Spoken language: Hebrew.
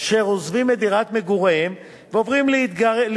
אשר עוזבים את דירת מגוריהם ועוברים להתגורר